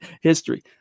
history